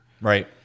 Right